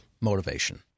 motivation